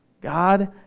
God